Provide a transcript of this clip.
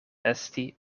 esti